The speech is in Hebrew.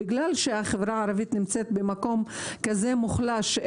בגלל שהחברה הערבית נמצאת במקום כזה מוחלש,